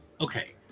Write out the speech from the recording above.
Okay